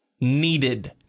needed